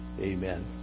Amen